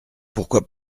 pourquoi